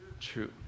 true